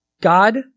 God